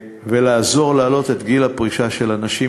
ולעזור להעלות את גיל הפרישה של הנשים,